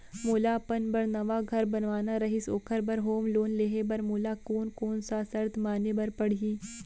मोला अपन बर नवा घर बनवाना रहिस ओखर बर होम लोन लेहे बर मोला कोन कोन सा शर्त माने बर पड़ही?